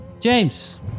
James